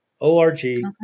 o-r-g